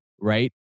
right